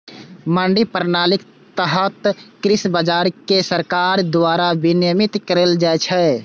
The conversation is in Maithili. मंडी प्रणालीक तहत कृषि बाजार कें सरकार द्वारा विनियमित कैल जाइ छै